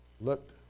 looked